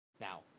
now